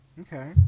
okay